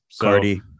Cardi